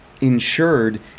insured